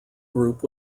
group